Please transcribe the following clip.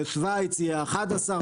שווייץ היא ה-11,